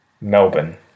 Melbourne